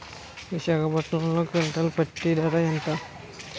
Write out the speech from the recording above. విశాఖపట్నంలో క్వింటాల్ పత్తి ధర ఎంత?